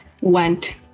went